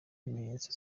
ibimenyetso